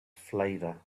flavor